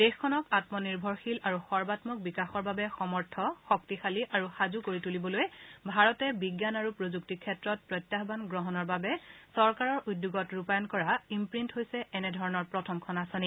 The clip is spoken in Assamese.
দেশখনক আম্ম নিৰ্ভৰশীল আৰু সৰ্বাঘ্মক বিকাশৰ বাবে সমৰ্থ শক্তিশালী আৰু সাজু কৰি তুলিবলৈ ভাৰতে বিজ্ঞান আৰু প্ৰযুক্তি ক্ষেত্ৰত প্ৰত্যাহান গ্ৰহণৰ বাবে চৰকাৰৰ উদ্যোগত ৰূপায়ন কৰা ইম্প্ৰীণ্ট হৈছে এনেধৰণৰ প্ৰথম আঁচনি